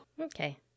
Okay